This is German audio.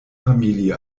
familie